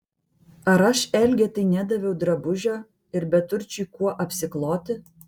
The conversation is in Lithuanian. ar aš elgetai nedaviau drabužio ir beturčiui kuo apsikloti